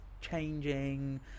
changing